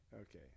okay